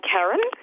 Karen